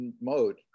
mode